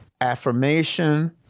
affirmation